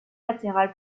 latérale